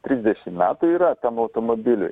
trisdešimt metų yra tam automobiliui